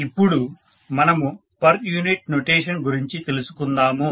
ఇప్పుడు మనము per unit notation గురించి తెలుసుకుందాము